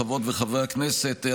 חברות וחברי הכנסת,